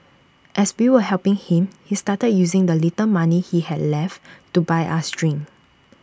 as we were helping him he started using the little money he had left to buy us drinks